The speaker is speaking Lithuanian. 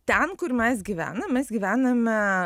ten kur mes gyvenam mes gyvename